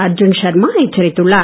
அர்ஜுன் ஷர்மா எச்சரித்துள்ளார்